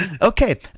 okay